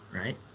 right